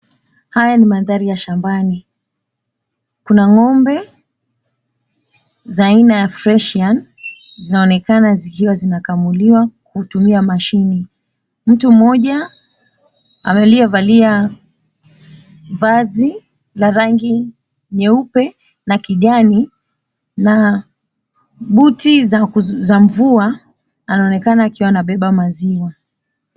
Haya ni mandhari ya shambani. Kuna ng'ombe za aina ya Fresian zinaonekana zikiwa zinakamuliwa kutumia mashine. Mtu mmoja aliyevalia vazi la rangi nyeupe na kijani na buti za mvua, anaonekana akiwa anabeba maziwa.